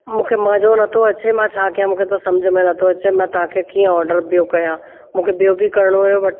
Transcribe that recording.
मूंखे मज़ो नथो अचे मां छा कयां मूंखे त सम्झ में नथो अचे मां तव्हांखे कीअं ऑडर ॿियों कयां मूंखे ॿियों बि करिणो हुओ बट